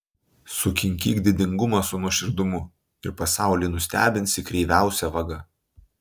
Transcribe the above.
sukinkyk didingumą su nuoširdumu ir pasaulį nustebinsi kreiviausia vaga